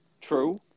true